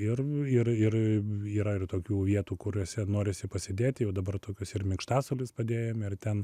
ir ir ir yra ir tokių vietų kuriose norisi pasėdėti jau dabar tokius ir minkštasuolius padėjome ir ten